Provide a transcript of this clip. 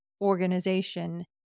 organization